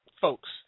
folks